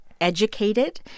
Educated